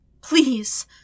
please